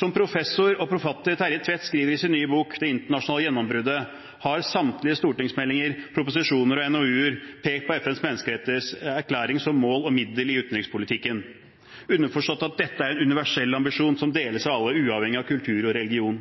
Som professor og forfatter Terje Tvedt skriver i sin nye bok Det internasjonale gjennombruddet, har samtlige stortingsmeldinger, proposisjoner og NOU-er pekt på FNs menneskerettighetserklæring som mål og middel i utenrikspolitikken, underforstått at dette er en universell ambisjon som deles av alle, uavhengig av kultur og religion.